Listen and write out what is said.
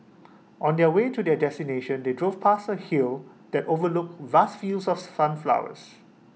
on the way to their destination they drove past A hill that overlooked vast fields of sunflowers